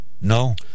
No